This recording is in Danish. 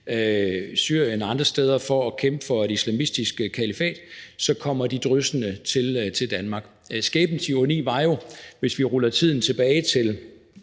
Syrien eller andre steder for at kæmpe for et islamistisk kalifat, dryssende til Danmark. Det var jo skæbnens ironi, hvis vi ruller tiden tilbage til